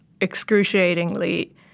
excruciatingly